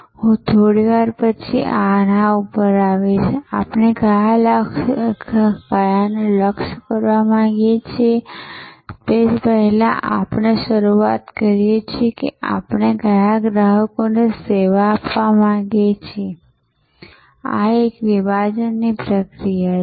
હું થોડી વાર પછી આ પર આવીશ કે આપણે કયાને લક્ષ કરવા માંગીએ છીએ પહેલા આપણે શરૂઆત કરીએ છીએ કે આપણે કયા ગ્રાહકોને સેવા આપવા માંગીએ છીએ આ વિભાજનની પ્રક્રિયા છે